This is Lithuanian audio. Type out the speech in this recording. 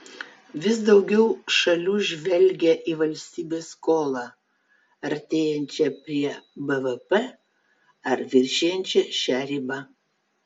vis daugiau šalių žvelgia į valstybės skolą artėjančią prie bvp ar viršijančią šią ribą